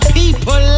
people